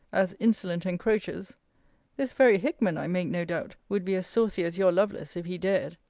as insolent encroachers this very hickman, i make no doubt, would be as saucy as your lovelace, if he dared.